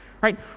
right